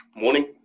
Morning